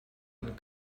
and